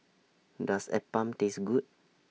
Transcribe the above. Does Appam Taste Good